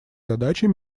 задачей